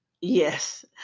Yes